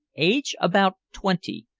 age about twenty,